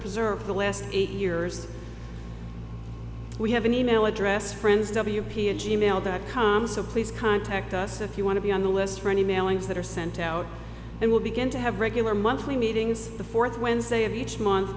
preserve the last eight years we have an e mail address friends w p and g mail dot com so please contact us if you want to be on the list for any mailings that are sent out and will begin to have regular monthly meetings the fourth wednesday of each month